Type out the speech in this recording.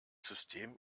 system